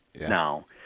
Now